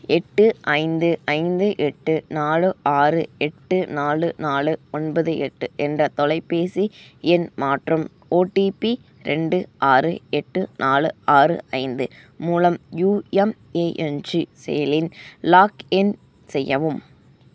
எட்டு ஐந்து ஐந்து எட்டு நாலு ஆறு எட்டு நாலு நாலு ஒன்பது எட்டு என்ற தொலைபேசி எண் மற்றும் ஓடிபி ரெண்டு ஆறு எட்டு நாலு ஆறு ஐந்து மூலம் யுஎம்ஏஎன்ஜி செயலியில் லாக்இன் செய்யவும்